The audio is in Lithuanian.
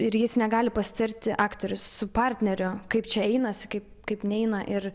ir jis negali pasitirti aktorius su partneriu kaip čia einasi kaip kaip neina ir